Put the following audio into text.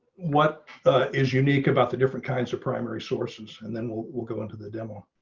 what is unique about the different kinds of primary sources and then we'll we'll go into the demo.